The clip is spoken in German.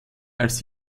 als